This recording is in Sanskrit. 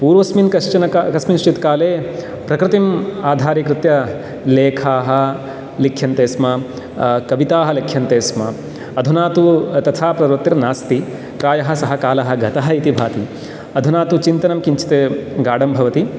पूर्वस्मिन् कश्चन कस्मिंश्चित् काले प्रकृतिम् आधारीकृत्य लेखाः लिख्यन्ते स्म कविताः लेख्यन्ते स्म अधुना तु तथा प्रवृत्तिर्नास्ति प्रायः सः कालः गतः इति भाति अधुना तु चिन्तनं किञ्चित् गाडं भवति